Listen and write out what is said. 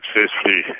successfully